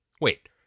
Wait